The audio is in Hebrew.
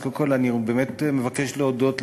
אז קודם כול אני באמת מבקש להודות,